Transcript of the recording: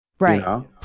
Right